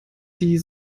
die